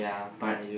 but